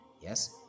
Yes